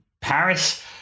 Paris